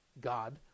God